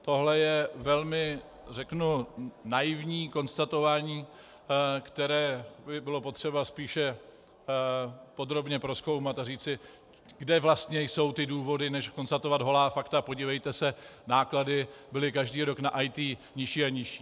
Tohle je velmi, řeknu, naivní konstatování, které by bylo potřeba spíše podrobně prozkoumat a říci, kde vlastně jsou důvody, než konstatovat holá fakta podívejte se, náklady byly každý rok na IT nižší a nižší.